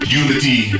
unity